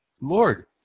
Lord